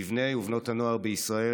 בבני ובנות הנוער בישראל,